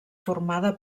formada